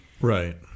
Right